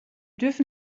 dürfen